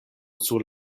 sur